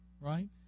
right